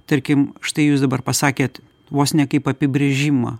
tarkim štai jūs dabar pasakėt vos ne kaip apibrėžimą